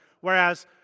whereas